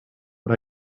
but